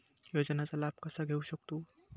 योजनांचा लाभ कसा घेऊ शकतू?